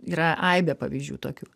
yra aibė pavyzdžių tokių